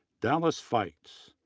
dallas fites,